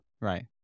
Right